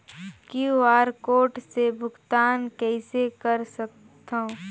QR code से भुगतान कइसे करथव?